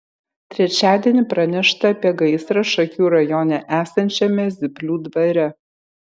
trečiadienį pranešta apie gaisrą šakių rajone esančiame zyplių dvare